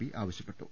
P ആവശ്യപ്പെട്ടു